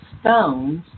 stones